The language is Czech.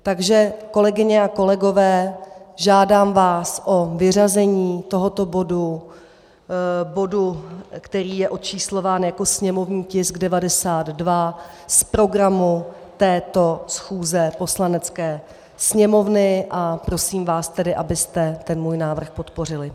Takže kolegyně a kolegové, žádám vás o vyřazení tohoto bodu, který je očíslován jako sněmovní tisk 92, z programu schůze této Poslanecké sněmovny, a prosím vás tedy, abyste tento můj návrh podpořili.